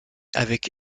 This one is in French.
avec